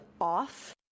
off